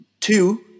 two